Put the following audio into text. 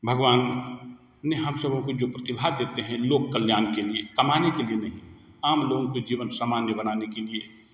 भगवान ने हम सभी को जो प्रतिभा देते हैं लोक कल्याण के लिए कमाने के लिए नहीं आम लोगों की जीवन सामान्य बनाने के लिए